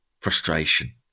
frustration